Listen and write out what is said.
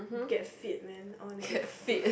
get fit man I want to get fit